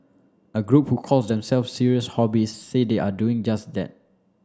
a group who calls themselves serious hobbyists say they are doing just that